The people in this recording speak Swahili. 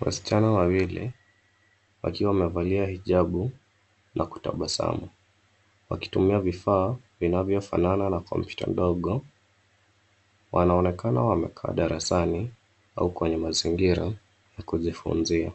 Wasichana wawili wakiwa wamevalia hijabu na kutabasamu . Wakitumia vifaa vinavyo fanana na kompyuta ndogo. Wanaonekana wamekaa darasani au kwenye mazingira ya kujifunzia